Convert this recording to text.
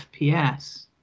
FPS